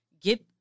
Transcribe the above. get